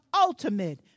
ultimate